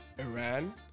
iran